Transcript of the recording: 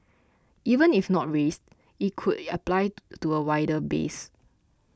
even if not raised it could apply to a wider base